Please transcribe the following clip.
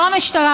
לא המשטרה,